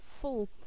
full